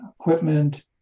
equipment